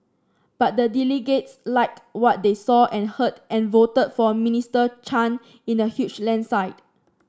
but the delegates liked what they saw and heard and voted for Minister Chan in a huge landslide